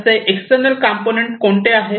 असे external component कोणते आहेत